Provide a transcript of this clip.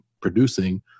producing